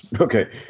Okay